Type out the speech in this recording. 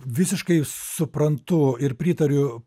visiškai suprantu ir pritariu